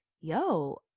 yo